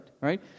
right